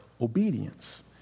obedience